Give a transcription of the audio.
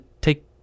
take